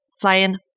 flying